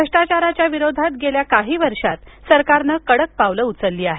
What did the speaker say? भ्रष्टाचाराच्या विरोधात गेल्या काही वर्षात सरकारनं कडक पावलं उचलली आहेत